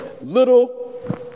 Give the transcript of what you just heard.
little